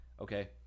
Okay